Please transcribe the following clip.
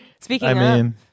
Speaking